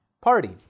party